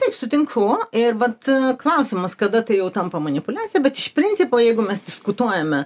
taip sutinku ir vat klausimas kada tai jau tampa manipuliacija bet iš principo jeigu mes diskutuojame